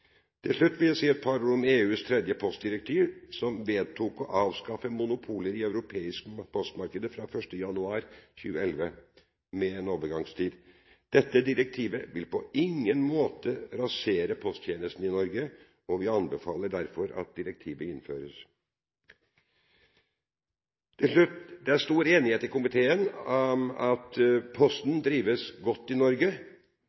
Til slutt vil jeg si et par ord om EUs tredje postdirektiv, som vedtok å avskaffe monopolet i det europeiske postmarkedet fra 1. januar 2011, med en overgangstid. Dette direktivet vil på ingen måte rasere posttjenestene i Norge, og vi anbefaler derfor at direktivet innføres. Det er stor enighet i komiteen om at